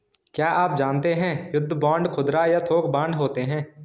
क्या आप जानते है युद्ध बांड खुदरा या थोक बांड होते है?